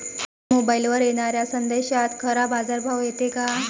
मोबाईलवर येनाऱ्या संदेशात खरा बाजारभाव येते का?